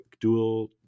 dual